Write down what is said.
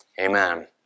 Amen